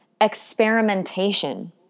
experimentation